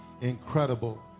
incredible